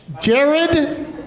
Jared